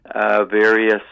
Various